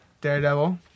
Daredevil